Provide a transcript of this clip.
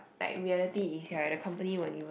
like reality is right the company won't even